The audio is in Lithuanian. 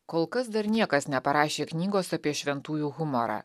kol kas dar niekas neparašė knygos apie šventųjų humorą